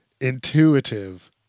intuitive